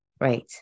Right